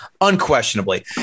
Unquestionably